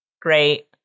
great